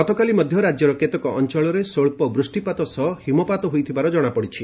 ଗତକାଲି ମଧ୍ୟ ରାଜ୍ୟର କେତେକ ଅଞ୍ଚଳରେ ସ୍ୱଚ୍ଚ ବୃଷ୍ଟିପାତ ସହ ହିମପାତ ହୋଇଥିବାର ଜଣାପଡ଼ିଛି